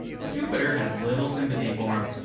but jupiter had little sympathy for him.